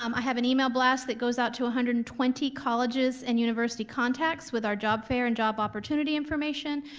um i have an email blast that goes out to one ah hundred and twenty colleges and university contacts with our job fair and job opportunity information.